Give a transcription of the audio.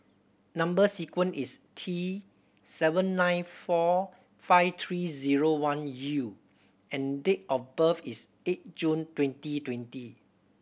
number sequence is T seven nine four five three zero one U and date of birth is eight June twenty twenty